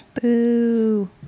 Boo